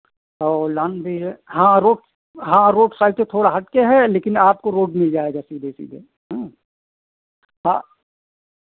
और लाॅन भी है हाँ रोड हाँ रोड साइड से थोड़ा हट के है लेकिन आपको रोड मिल जाएगा सीधे सीधे हाँ